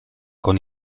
con